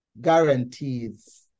guarantees